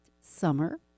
summer